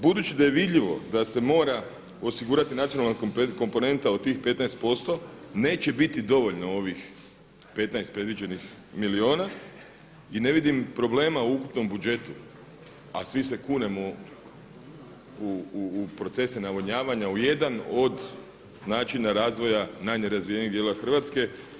Budući da je vidljivo da se mora osigurati nacionalna komponenta od tih 15% neće biti dovoljno ovih 15 predviđenih milijuna i ne vidim problema u ukupnom budžetu a svi se kunemo u procese navodnjavanja u jedan od načina razvoja najnerazvijenijih dijelova Hrvatske.